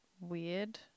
weird